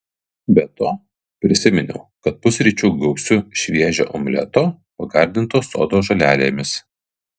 be to prisiminiau kad pusryčių gausiu šviežio omleto pagardinto sodo žolelėmis